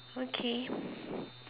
okay